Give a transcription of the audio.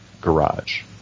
garage